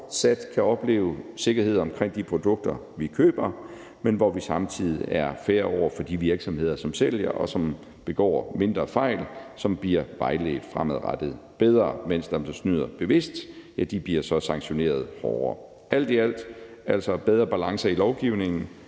kan opleve sikkerhed omkring de produkter, vi køber, men hvor vi samtidig er fair over for de virksomheder, som sælger dem, og som begår mindre fejl, og som fremadrettet bliver vejledt bedre, mens dem, der bevidst snyder, så bliver sanktioneret hårdere. Alt i alt kommer der altså bedre balance i lovgivningen,